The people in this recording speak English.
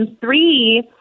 three